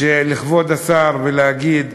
לכבוד השר, ולהגיד: